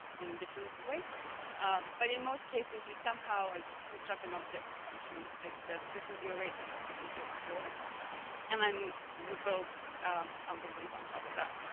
in different ways but in most cases you somehow like construct an objective function that that this is your rating or this is your score and then we build algorithms on top of that